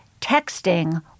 texting